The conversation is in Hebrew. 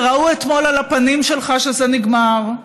וראו אתמול על הפנים שלך שזה נגמר.